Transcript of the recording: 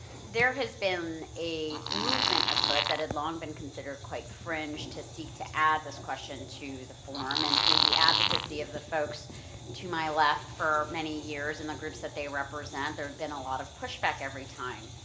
there has been a movement afoot that had long been considered quite fringe to seek to add this question to the form, and through the advocacy of the folks to my left for many years and the groups that they represent, there had been a lot of pushback every time.